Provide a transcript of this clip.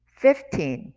fifteen